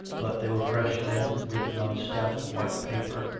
but they were fresh then, written on stout white paper,